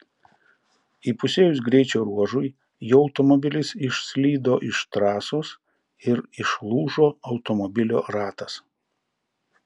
įpusėjus greičio ruožui jų automobilis išslydo iš trasos ir išlūžo automobilio ratas